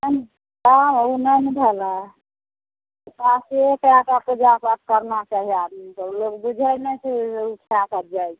नहि ओ नहि ने भेलै आओर पूजा पाठ करना चाही आदमी तऽ लोक बुझै नहि छै ओ खा करिके जाइ छै